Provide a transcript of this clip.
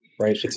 right